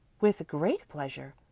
with great pleasure.